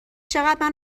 چقدر